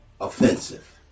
offensive